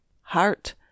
heart